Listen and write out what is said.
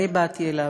אני באתי אליו,